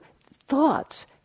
thoughts